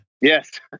Yes